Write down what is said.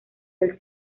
del